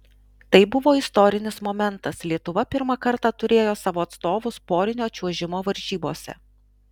tai buvo istorinis momentas lietuva pirmą kartą turėjo savo atstovus porinio čiuožimo varžybose